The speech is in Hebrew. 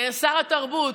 לשר התרבות,